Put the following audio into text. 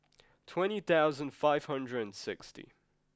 twenty thousands five hundred and sixty